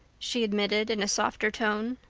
she admitted in a softer tone.